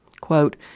Quote